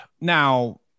now